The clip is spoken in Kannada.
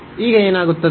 ಈಗ ಏನಾಗುತ್ತದೆ